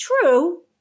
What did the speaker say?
true